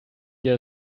your